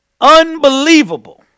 unbelievable